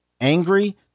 Angry